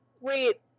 Wait